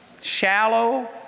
shallow